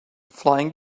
flying